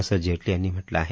असं जेटली यांनी म्हटलं आहे